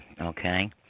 Okay